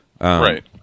Right